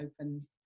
open